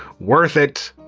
worth it!